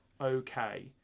okay